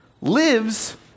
lives